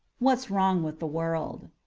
what's wrong with the world